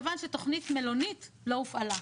מכיוון שתכנית מלונית לא הופעלה.